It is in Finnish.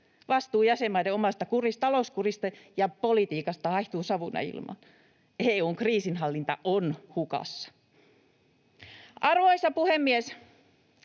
Vastuu jäsenmaiden omasta talouskurista ja -politiikasta haihtuu savuna ilmaan. EU:n kriisinhallinta on hukassa. Arvoisa puhemies!